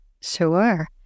Sure